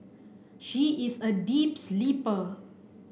she is a deep sleeper